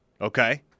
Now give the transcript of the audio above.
Okay